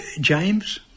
James